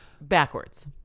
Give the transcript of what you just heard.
Backwards